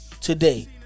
today